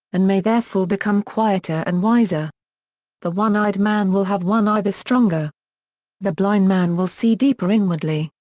and may therefore become quieter and wiser the one-eyed man will have one eye the stronger the blind man will see deeper inwardly,